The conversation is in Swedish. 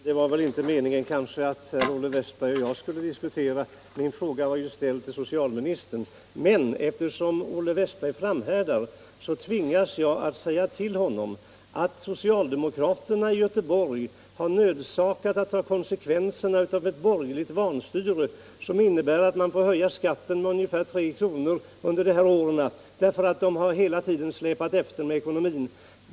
Herr talman! Det var väl inte meningen att Olle Wästberg i Stockholm och jag skulle diskutera med varandra, eftersom min fråga var ställd till socialministern, men eftersom Olle Wästberg framhärdar tvingas jag att säga till honom, att socialdemokraterna i Göteborg var nödsakade att ta konsekvenserna av ett borgerligt vanstyre som medför att man får höja skatten med ungefär tre kronor under de aktuella åren därför att ekonomin hela tiden har släpat efter.